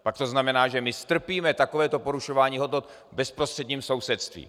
Pak to znamená, že strpíme takovéto porušování hodnot v bezprostředním sousedství.